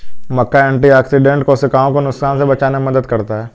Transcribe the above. मक्का antioxidant कोशिकाओं को नुकसान से बचाने में मदद करता है